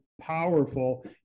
powerful